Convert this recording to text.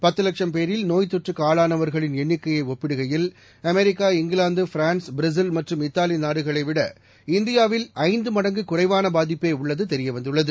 பத்து லட்சம் பேரில் நோய்த் தொற்றுக்கு ஆளானவர்களின் எண்ணிக்கையை ஒப்பிடுகையில் அமெரிக்கா இங்கிலாந்து பிரான்ஸ் பிரேசில் மற்றும் இத்தாலி நாடுகளைவிட இந்தியாவில் ஐந்து மடங்கு குறைவான பாதிப்பே உள்ளது தெரிய வந்துள்ளது